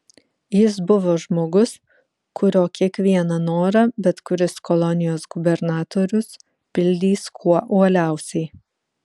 jis buvo žmogus kurio kiekvieną norą bet kuris kolonijos gubernatorius pildys kuo uoliausiai